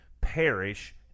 perish